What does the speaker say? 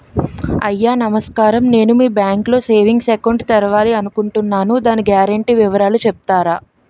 అయ్యా నమస్కారం నేను మీ బ్యాంక్ లో సేవింగ్స్ అకౌంట్ తెరవాలి అనుకుంటున్నాను దాని గ్యారంటీ వివరాలు చెప్తారా?